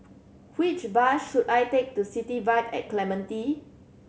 which bus should I take to City Vibe at Clementi